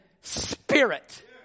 spirit